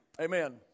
amen